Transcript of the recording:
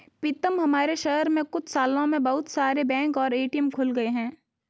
पीतम हमारे शहर में कुछ सालों में बहुत सारे बैंक और ए.टी.एम खुल गए हैं